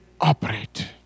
operate